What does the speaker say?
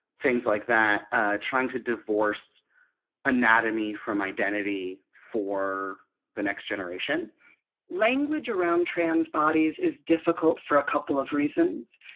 things like that trying to divorce anatomy from identity for the next generation language around trans bodies is difficult for a couple of reasons.